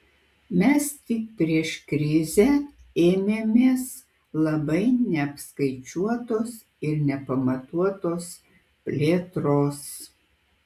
mes tik prieš krizę ėmėmės labai neapskaičiuotos ir nepamatuotos plėtros